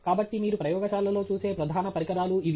కాబట్టి మీరు ప్రయోగశాలలో చూసే ప్రధాన పరికరాలు ఇవి